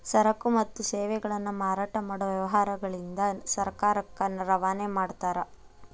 ಸರಕು ಮತ್ತು ಸೇವೆಗಳನ್ನ ಮಾರಾಟ ಮಾಡೊ ವ್ಯವಹಾರಗಳಿಂದ ಸರ್ಕಾರಕ್ಕ ರವಾನೆ ಮಾಡ್ತಾರ